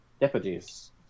deputies